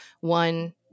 one